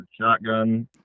shotgun